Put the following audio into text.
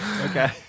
Okay